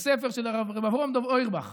בספר של הרב אברהם דב אוירבך,